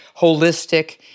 holistic